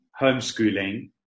homeschooling